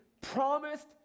promised